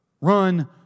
Run